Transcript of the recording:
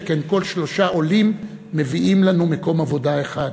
שכן כל שלושה עולים מביאים לנו מקום עבודה אחד.